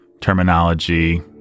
terminology